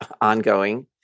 ongoing